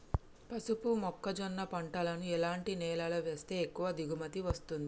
పసుపు మొక్క జొన్న పంటలను ఎలాంటి నేలలో వేస్తే ఎక్కువ దిగుమతి వస్తుంది?